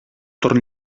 torn